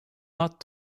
not